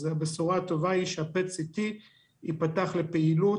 אז הבשורה הטובה היא שה-PET CT ייפתח לפעילות